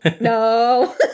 no